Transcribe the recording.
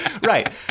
Right